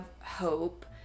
hope